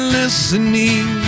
listening